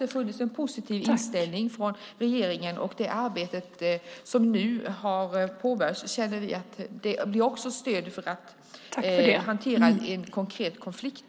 Det har funnits en positiv inställning från regeringen. Det arbete som nu har påbörjats känner vi också blir ett stöd vid hantering av en konkret konflikt.